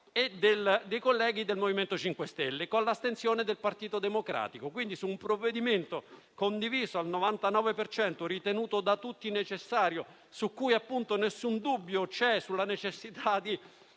e dei colleghi del MoVimento 5 Stelle, con l'astensione del Partito Democratico. Quindi, su un provvedimento condiviso al 99 per cento, ritenuto da tutti necessario e non vi è dubbio alcuno sulla necessità di